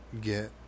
get